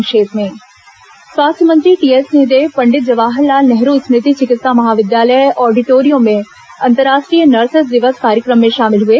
संक्षिप्त समाचार स्वास्थ्य मंत्री टीएस सिंहदेव पंडित जवाहर लाल नेहरू स्मृति चिकित्सा महाविद्यालय ऑडिटोरियम में अंतरराष्ट्रीय नर्सेस दिवस कार्यक्रम में शामिल हुए